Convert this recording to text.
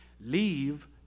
Leave